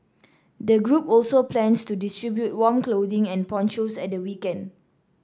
the group also plans to distribute warm clothing and ponchos at the weekend